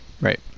Right